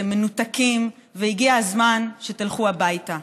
אתם מנותקים, והגיע הזמן שתלכו הביתה.